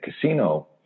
casino